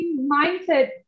mindset